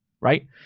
right